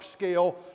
upscale